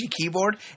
keyboard